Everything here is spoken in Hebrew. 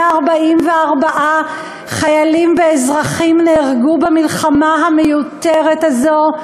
144 חיילים ואזרחים נהרגו במלחמה המיותרת הזו.